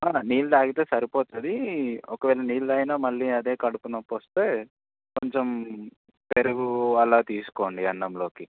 నీళ్ళు తాగితే సరిపోతుంది ఒకవేళ నీళ్ళు తాగినా మళ్ళీ అదే కడుపునొప్పి వస్తే కొంచెం పెరుగు అలా తీసుకోండి అన్నంలోకి